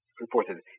reported